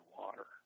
water